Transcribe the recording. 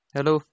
Hello